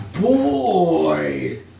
Boy